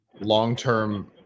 long-term